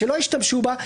שלא השתמשו בה,